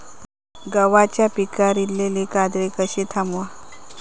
गव्हाच्या पिकार इलीली काजळी कशी थांबव?